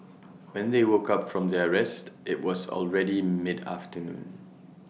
when they woke up from their rest IT was already mid afternoon